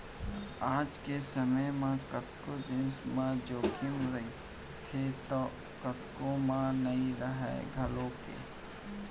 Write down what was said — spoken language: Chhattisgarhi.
आज के समे म कतको जिनिस म जोखिम रथे तौ कतको म नइ राहय घलौक